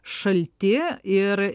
šalti ir